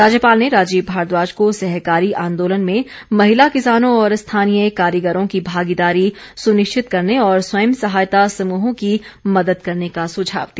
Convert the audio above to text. राज्यपाल ने राजीव भारद्वाज को सहकारी आंदोलन में महिला किसानों और स्थानीय कारीगरों की भागीदारी सुनिश्चित करने और स्वयं सहायता समूहों की मदद करने का सुझाव दिया